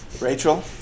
Rachel